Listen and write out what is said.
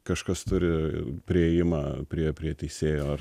kažkas turi priėjimą prie prie teisėjo ar